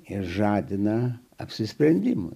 ir žadina apsisprendimas